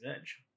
Edge